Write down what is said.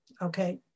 Okay